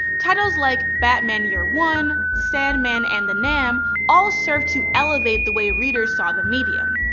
titles like batman year one, sandman, and the nam all serve to elevate the way readers saw the medium.